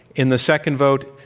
in the second vote,